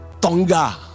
Tonga